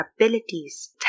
abilities